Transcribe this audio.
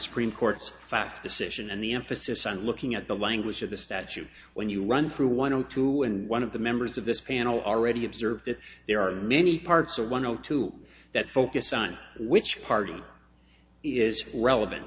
supreme court's fast decision and the emphasis on looking at the language of the statute when you run through one and two and one of the members of this panel already observed that there are many parts or one or two that focus on which party is relevant